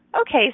Okay